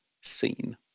seen